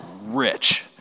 rich